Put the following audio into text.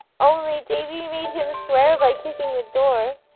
only davy made him swear by kicking the door.